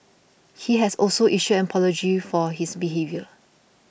he has also issued an apology for his behaviour